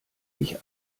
ich